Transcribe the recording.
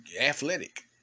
athletic